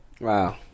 Wow